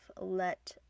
let